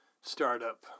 startup